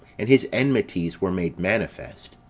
and his enmities were made manifest.